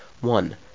One